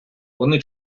вони